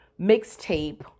mixtape